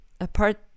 apart